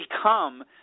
become